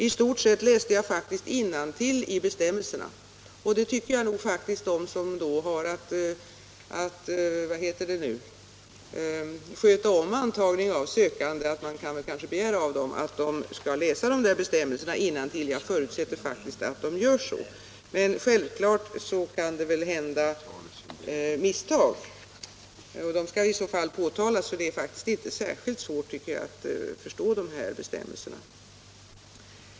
I stort sett läste jag faktiskt innantill i bestämmelserna, och jag tycker nog att man kan begära av dem som har att sköta om antagningen av sökande att de skall läsa dessa bestämmelser innantill. Jag förutsätter faktiskt att de gör så. Men självfallet kan det hända misstag, och de skall i så fall påtalas. Det är inte särskilt svårt, tycker jag, att förstå de här bestämmelserna.